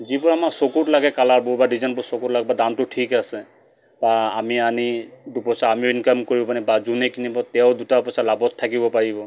যিবোৰ আমাৰ চকুত লাগে কালাৰবোৰ বা ডিজাইনবোৰ চকুত লাগে বা দামটো ঠিক আছে বা আমি আনি দুপইচা আমিও ইনকাম কৰিম বা যোনে কিনিব তেওঁ দুটা পইচা লাভত থাকিব পাৰিব